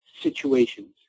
situations